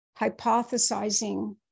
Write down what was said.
hypothesizing